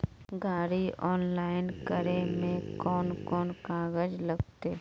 गाड़ी ऑनलाइन करे में कौन कौन कागज लगते?